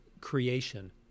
creation